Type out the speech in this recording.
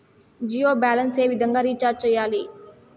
Jio balance ఏ విధంగా recharge సేయాలి?